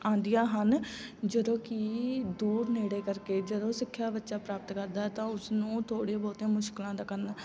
ਆਉਂਦੀਆਂ ਹਨ ਜਦੋਂ ਕਿ ਦੂਰ ਨੇੜੇ ਕਰਕੇ ਜਦੋਂ ਸਿੱਖਿਆ ਬੱਚਾ ਪ੍ਰਾਪਤ ਕਰਦਾ ਤਾਂ ਉਸਨੂੰ ਥੋੜ੍ਹੀ ਬਹੁਤੀਆਂ ਮੁਸ਼ਕਿਲਾਂ ਦਾ ਕਰਨਾ